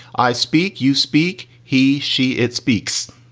i speak, you speak, he she it speaks.